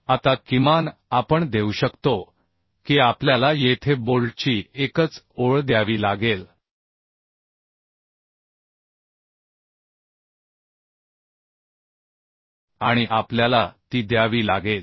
आता किमान आपण देऊ शकतो की आपल्याला येथे बोल्टची एकच ओळ द्यावी लागेल आणि आपल्याला ती द्यावी लागेल